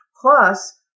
Plus